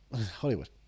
Hollywood